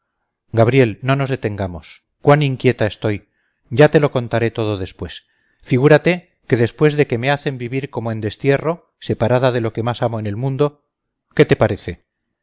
gabriel no nos detengamos cuán inquieta estoy ya te lo contaré todo después figúrate que después de que me hacen vivir como en destierro separada de lo que más amo en el mundo qué te parece